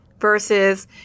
versus